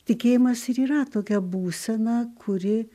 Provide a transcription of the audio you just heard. tikėjimas ir yra tokia būsena kuri